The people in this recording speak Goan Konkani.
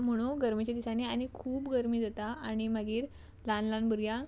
म्हुणू गरमेच्या दिसांनी आनी खूब गरमी जाता आनी मागीर ल्हान ल्हान भुरग्यांक